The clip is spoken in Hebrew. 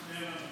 מתחייב אני